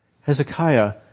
Hezekiah